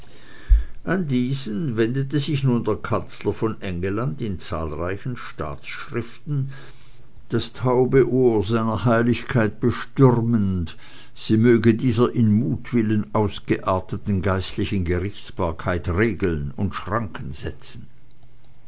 an diesen wendete sich nun der kanzler von engelland in zahlreichen staatsschriften das taube ohr seiner heiligkeit bestürmend sie möge dieser in mutwillen ausgearteten geistlichen gerichtsbarkeit regeln und schranken setzen